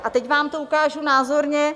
A teď vám to ukážu názorně.